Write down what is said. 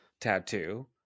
tattoo